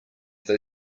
they